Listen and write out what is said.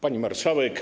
Pani Marszałek!